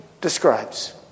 describes